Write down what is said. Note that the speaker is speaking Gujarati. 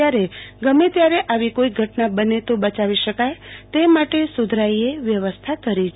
ત્યારે ગમે ત્યારે આવી કોઈ ઘટના બને તો બચાવી શકાય તે માટે સુધરાઈએ વ્યવસ્થા કરી છે